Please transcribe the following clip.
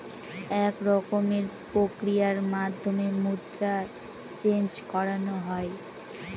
এক রকমের প্রক্রিয়ার মাধ্যমে মুদ্রা চেন্জ করানো হয়